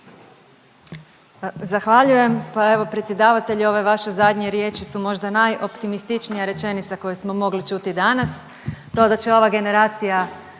Zahvaljujem, pa evo predsjedavatelju ove vaše zadnje riječi su možda najoptimističnija rečenica koju smo mogli čuti danas, to da će ova generacija